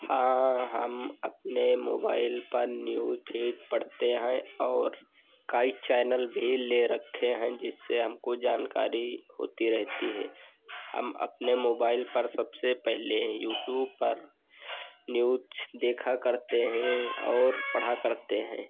हाँ हम अपने मोबाइल पर न्यूज़ फ़ीड पढ़ते हैं और कई चैनल भी ले रखे हैं जिससे हमको जानकारी होती रहती है हम अपने मोबाइल पर सबसे पहले यूट्यूब पर न्यूज़ देखा करते हैं और पढ़ा करते हैं